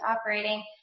operating